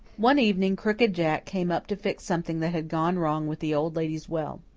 one evening crooked jack came up to fix something that had gone wrong with the old lady's well.